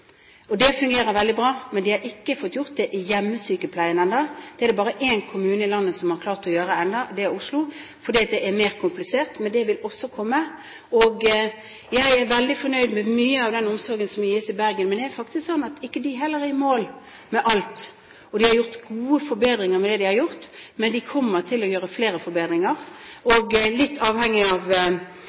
hjemmetjenestene. Det fungerer veldig bra. Men de har ikke fått gjort det i hjemmesykepleien ennå. Det er det bare én kommune i landet som har klart å gjøre nå, og det er Oslo. Det er mer komplisert, men det vil også komme. Jeg er veldig fornøyd med mye av den omsorgen som gis i Bergen, men det er faktisk sånn at de heller ikke er i mål med alt. De har gjort gode forbedringer med det de har gjort, men de kommer til å gjøre flere forbedringer, og litt avhengig av